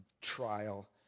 trial